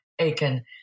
Aiken